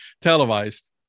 televised